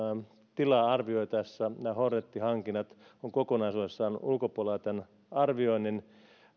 tilaa arvioitaessa nämä hornet hankinnat ovat kokonaisuudessaan tämän arvioinnin ulkopuolella